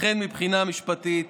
לכן מבחינה משפטית